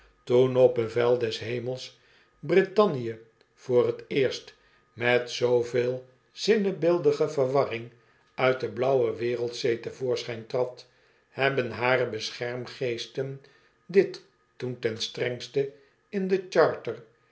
op bevel des hemels brittannie voor t eerst met zooveel zinnebeeldige verwarring uit de blauwe wereldzee te voorschijn trad hebben hare beschermgeesten dit toen ten strengste in de charter